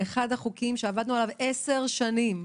אחד החוקים שעבדנו עליו עשר שנים.